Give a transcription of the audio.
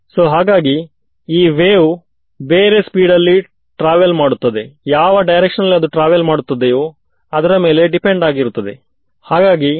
so brute force ಉಪಯೋಗಕ್ಕೆ ಬಾರದು ಅದರ ಬದಲಿಗೆ ಹೈಗೆನ್ಸ್ ಪ್ರಿನ್ಸಿಪಲ್ ಅನ್ನು ಅಪ್ಲೈ ಮಾಡಬೇಕು